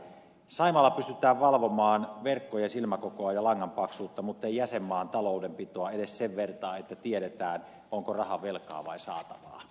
saimaalla pystytään valvomaan verkkojen silmäkokoa ja langan paksuutta mutta jäsenmaan taloudenpitoa ei pystytä valvomaan edes sen vertaa että tiedetään onko raha velkaa vai saatavaa